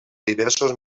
diversos